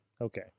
Okay